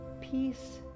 Peace